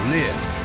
live